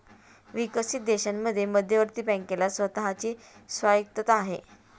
विकसित देशांमध्ये मध्यवर्ती बँकेला स्वतः ची स्वायत्तता आहे